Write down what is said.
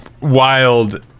wild